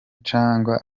canke